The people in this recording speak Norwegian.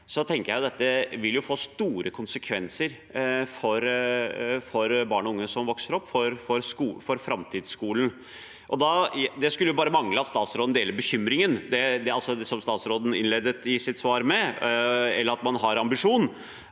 Jeg tenker dette vil få store konsekvenser for barn og unge som vokser opp, og for framtidsskolen. Det skulle bare mangle at statsråden deler bekymringen, som statsråden innledet sitt svar med, eller at man har ambisjoner.